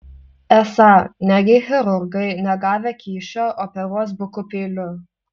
esą negi chirurgai negavę kyšio operuos buku peiliu